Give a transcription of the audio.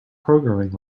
programming